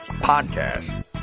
podcast